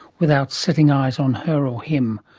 without setting eyes on her or him.